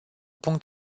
punct